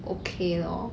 okay lor